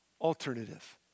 Alternative